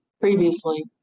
previously